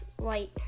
light